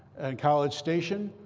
and college station,